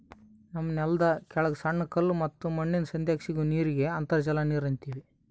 ನಮ್ಮ್ ನೆಲ್ದ ಕೆಳಗ್ ಸಣ್ಣ ಕಲ್ಲ ಮತ್ತ್ ಮಣ್ಣಿನ್ ಸಂಧ್ಯಾಗ್ ಸಿಗೋ ನೀರಿಗ್ ಅಂತರ್ಜಲ ನೀರ್ ಅಂತೀವಿ